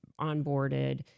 onboarded